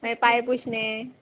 मागीर पांय पुशणे